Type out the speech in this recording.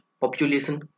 population